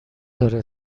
داره